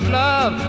love